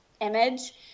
image